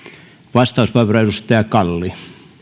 vastauspuheenvuoro edustaja kalli